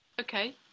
Okay